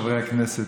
חברי הכנסת,